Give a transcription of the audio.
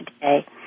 today